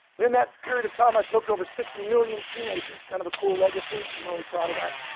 in that period of time, i spoke to over six million teenagers. kind of a cool legacy, i'm really proud of that.